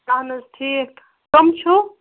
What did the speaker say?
اَہَن حظ ٹھیک کَم چھُو